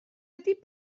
ydy